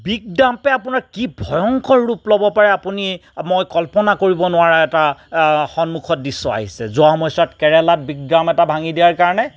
big ডাম্পে আপোনাক কি ভয়ংকৰ ৰূপ ল'ব পাৰে আপুনি মই কল্পনা কৰিব নোৱাৰা এটা সন্মুখত দৃশ্য আহিছে যোৱা সময়চোৱাত কেৰেলাত বিগ ডাম এটা ভাঙি দিয়াৰ কাৰণে